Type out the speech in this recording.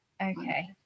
Okay